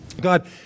God